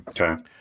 Okay